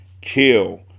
Kill